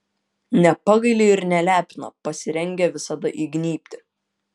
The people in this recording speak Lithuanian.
nepagaili ir nelepina pasirengę visada įgnybt